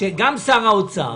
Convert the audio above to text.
שגם שר האוצר